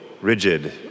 rigid